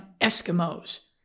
Eskimos